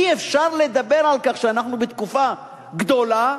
אי-אפשר לדבר על כך שאנחנו בתקופה גדולה